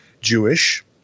Jewish